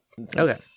Okay